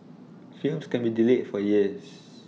films can be delayed for years